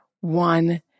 one